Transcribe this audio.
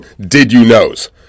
did-you-knows